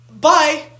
bye